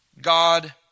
God